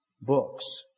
books